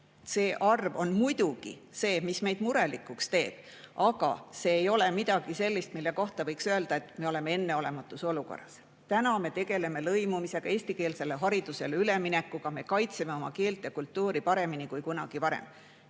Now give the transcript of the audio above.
See arv muidugi teeb meid murelikuks. Aga see ei ole midagi sellist, mille kohta võiks öelda, et me oleme enneolematus olukorras. Täna me tegeleme lõimimisega, eestikeelsele haridusele üleminekuga, me kaitseme oma keelt ja kultuuri paremini kui kunagi varem.